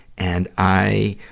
and i,